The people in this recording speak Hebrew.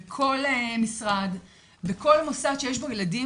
בכל משרד בכל מוסד שיש בו ילדים.